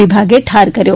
વિભાગે ઠાર કર્યો